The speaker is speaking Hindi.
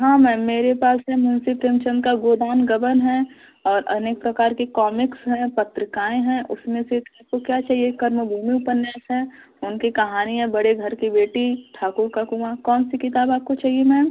हाँ मैम मेरे पास है मुंशी प्रेमचन्द की गोदान गबन है और अनेक प्रकार के कॉमिक्स हैं पत्रिकाएँ हैं उसमें से आपको क्या चाहिए कर्मभूमि उपन्यास है उनकी कहानी है बड़े घर की बेटी ठाकुर का कुआँ कौन सी किताब आपको चाहिए मैम